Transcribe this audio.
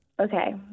okay